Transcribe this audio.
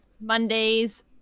Mondays